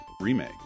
Remake